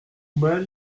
mal